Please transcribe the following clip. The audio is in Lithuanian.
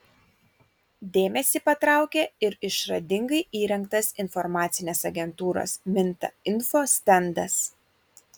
dėmesį patraukia ir išradingai įrengtas informacinės agentūros minta info stendas